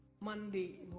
Monday